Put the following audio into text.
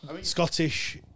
Scottish